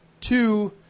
Two